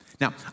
Now